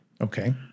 Okay